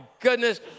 goodness